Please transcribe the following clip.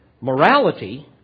morality